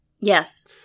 yes